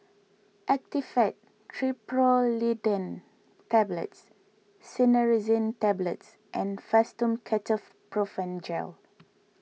Actifed Triprolidine Tablets Cinnarizine Tablets and Fastum Ketoprofen Gel